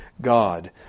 God